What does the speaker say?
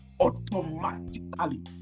Automatically